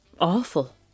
awful